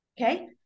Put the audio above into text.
okay